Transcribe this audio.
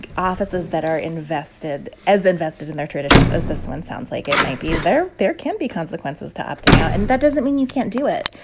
offices that are invested as invested in their traditions as this one sounds like it might be, there there can be consequences to opting out. and that doesn't mean you can't do it.